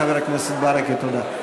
חבר הכנסת ברכה, תודה.